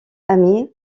ami